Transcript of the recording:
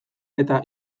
eta